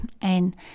ein